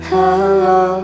Hello